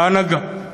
בהנהגה,